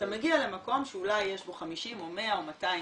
אתה מגיע למקום שאולי יש בו 50 או 100 או 200 איש,